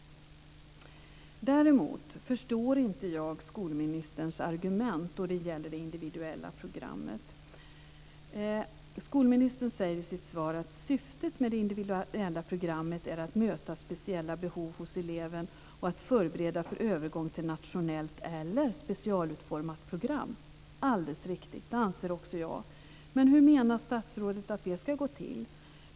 Däremot förstår jag inte skolministerns argument då det gäller det individuella programmet. Skolministern säger i sitt svar att syftet med det individuella programmet är att möta speciella behov hos eleven och att förbereda för en övergång till nationellt eller specialutformat program. Det är alldeles riktigt. Det anser jag också. Men hur menar statsrådet att det ska gå till?